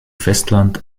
festland